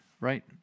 right